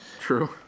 True